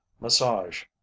Massage